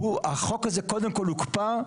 החוק הזה קודם כל הוקפא,